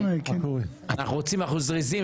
אנחנו זריזים.